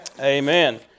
Amen